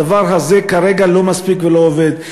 הדבר הזה כרגע לא מספיק ולא עובד.